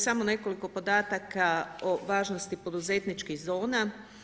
Samo nekoliko podataka o važnosti poduzetničkih zona.